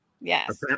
Yes